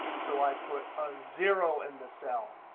so i put a zero in the cell.